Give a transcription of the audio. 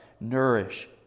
nourish